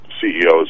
CEOs